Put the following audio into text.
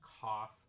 cough